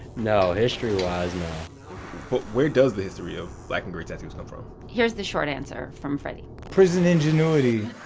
no. history wise, no but where does the history of black-and-gray tattoos come from? here's the short answer from freddy prison ingenuity